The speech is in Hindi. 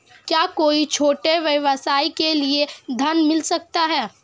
क्या कोई छोटे व्यवसाय के लिए ऋण मिल सकता है?